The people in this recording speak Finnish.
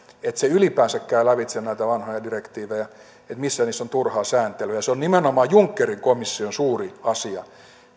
että se ylipäänsä käy lävitse näitä vanhoja direktiivejä missä niissä on turhaa sääntelyä se on nimenomaan junckerin komission suuri asia